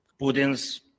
Putin's